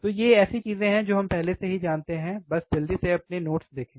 तो ये ऐसी चीजें हैं जो हम पहले से ही जानते हैं बस जल्दी से अपने नोट्स देखें